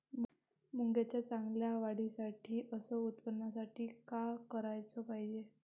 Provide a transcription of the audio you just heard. मुंगाच्या चांगल्या वाढीसाठी अस उत्पन्नासाठी का कराच पायजे?